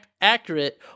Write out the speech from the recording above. accurate